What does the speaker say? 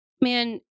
Man